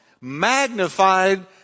magnified